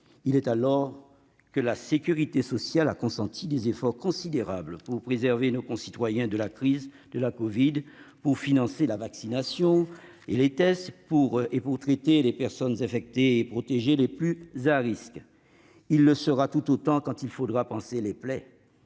d'autant plus que la sécurité sociale a consenti des efforts considérables afin de préserver nos concitoyens de la crise de la covid, pour financer la vaccination et les tests, traiter les personnes infectées et protéger les personnes les plus à risque. Il le sera tout autant quand il faudra panser les plaies,